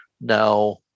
now